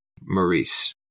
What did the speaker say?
Maurice